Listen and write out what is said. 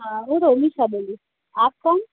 હા હું રોમીસા બોલું આપ કોન